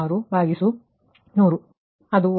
6 100ಪ್ರತಿ ಒಂದು 1